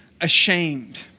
ashamed